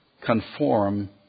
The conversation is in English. conform